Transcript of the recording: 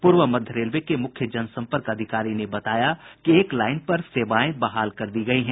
पूर्व मध्य रेलवे के मुख्य जनसंपर्क अधिकारी ने बताया कि एक लाइन पर सेवाएं बहाल कर दी गई हैं